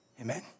Amen